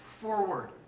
forward